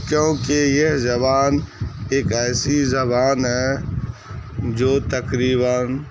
کیونکہ یہ زبان ایک ایسی زبان ہے جو تقریباً